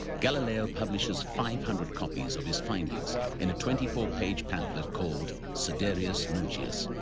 galileo publishes five hundred copies of his findings in a twenty four page pamphlet called sidereus nuncius,